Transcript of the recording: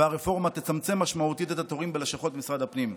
והרפורמה תצמצם משמעותית את התורים בלשכות במשרד הפנים.